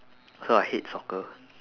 so I hate soccer